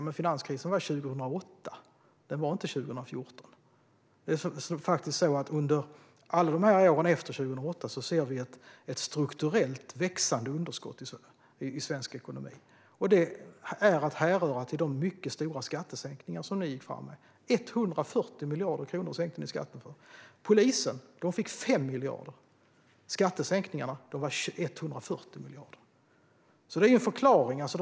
Men den var 2008, inte 2014. Under alla åren efter 2008 ser vi ett strukturellt växande underskott i svensk ekonomi, och det härrör från de mycket stora skattesänkningar som man gick fram med: 140 miljarder kronor sänktes skatten med. Polisen fick 5 miljarder, men skattesänkningarna var på 140 miljarder. Det är förklaringen.